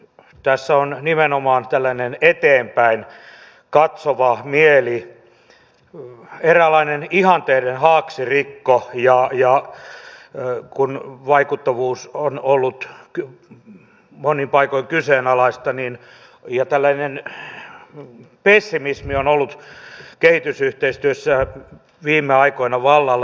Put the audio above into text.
tässä on nimenomaan tällainen eteenpäin katsova mieli eräänlainen ihanteiden haaksirikko kun vaikuttavuus on ollut monin paikoin kyseenalaista ja tällainen pessimismi on ollut kehitysyhteistyössä viime aikoina vallalla